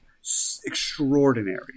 extraordinary